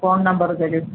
phone number തരൂ